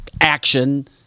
action